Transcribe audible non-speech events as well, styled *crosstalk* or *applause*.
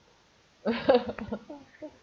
*laughs*